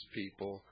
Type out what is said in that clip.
people